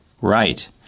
Right